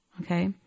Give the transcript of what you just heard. Okay